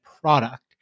product